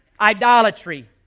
Idolatry